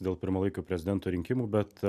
dėl pirmalaikių prezidento rinkimų bet